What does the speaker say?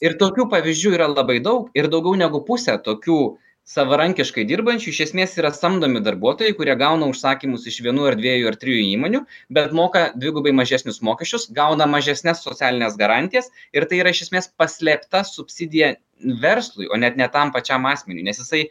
ir tokių pavyzdžių yra labai daug ir daugiau negu pusė tokių savarankiškai dirbančių iš esmės yra samdomi darbuotojai kurie gauna užsakymus iš vienų ar dviejų ar trijų įmonių bet moka dvigubai mažesnius mokesčius gauna mažesnes socialines garantijas ir tai yra iš esmės paslėpta subsidija verslui o net ne tam pačiam asmeniui nes jisai